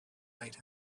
made